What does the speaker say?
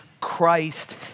Christ